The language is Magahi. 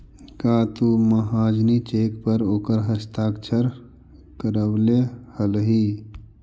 का तु महाजनी चेक पर ओकर हस्ताक्षर करवले हलहि